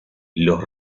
los